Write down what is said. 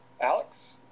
Alex